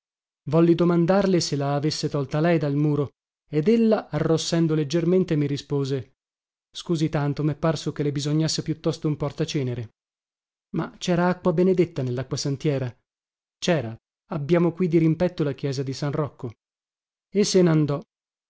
volli domandarle se la avesse tolta lei dal muro ed ella arrossendo leggermente mi rispose scusi tanto mè parso che le bisognasse piuttosto un portacenere ma cera acqua benedetta nellacquasantiera cera abbiamo qui dirimpetto la chiesa di san rocco e se nandò